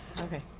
Okay